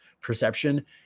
perception